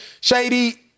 Shady